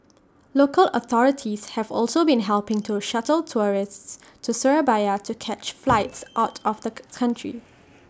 local authorities have also been helping to shuttle tourists to Surabaya to catch flights out of the country